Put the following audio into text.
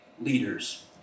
leaders